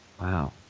Wow